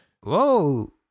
whoa